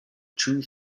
true